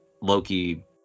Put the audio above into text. loki